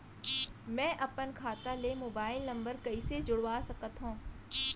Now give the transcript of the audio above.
मैं अपन खाता ले मोबाइल नम्बर कइसे जोड़वा सकत हव?